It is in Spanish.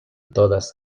todas